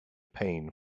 pain